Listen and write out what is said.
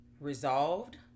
resolved